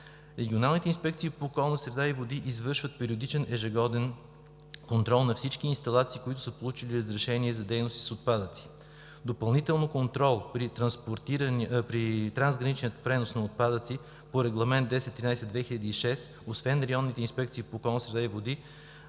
Регионалните инспекции по околната среда и водите извършват периодичен, ежегоден контрол на всички инсталации, които са получили разрешение за дейности с отпадъци. Допълнително контрол при трансграничния превоз на отпадъци по Регламент (ЕО) № 1013/2006, освен РИОСВ, контролни функции